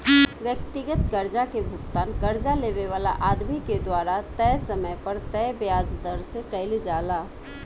व्यक्तिगत कर्जा के भुगतान कर्जा लेवे वाला आदमी के द्वारा तय समय पर तय ब्याज दर से कईल जाला